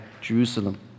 Jerusalem